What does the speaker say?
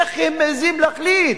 איך הם מעזים להחליט?